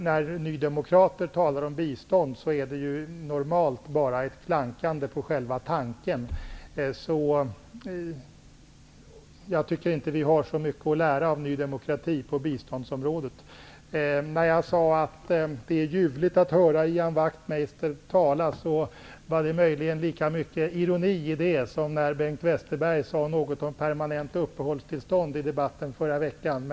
När nydemokrater talar om bistånd är det normalt bara ett klankande på själva tanken. Jag tycker inte att vi har så mycket att lära av Ny demokrati på biståndsområdet. När jag sade att det är ljuvligt att höra Ian Wachtmeister tala var det möjligen med lika mycket ironi som när Bengt Westerberg sade något om permanent uppehållstillstånd i debatten förra veckan.